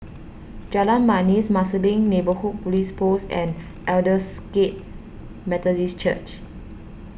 Jalan Manis Marsiling Neighbourhood Police Post and Aldersgate Methodist Church